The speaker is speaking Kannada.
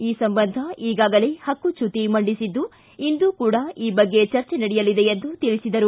ಈ ಸಂಬಂಧ ಈಗಾಗಲೇ ಪಕ್ಕುಚ್ಯುತಿ ಮಂಡಿಸಿದ್ದು ಇಂದು ಕೂಡ ಈ ಬಗ್ಗೆ ಚರ್ಚೆ ನಡೆಯಲಿದೆ ಎಂದು ತಿಳಿಸಿದರು